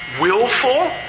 willful